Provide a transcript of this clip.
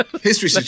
History